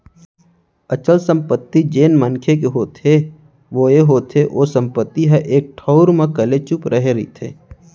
अचल संपत्ति जेन मनखे के होथे ओ ये होथे ओ संपत्ति ह एक ठउर म कलेचुप रहें रहिथे